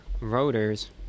rotors